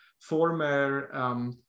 former